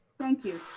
thank you,